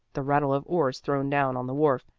the rattle of oars thrown down on the wharf,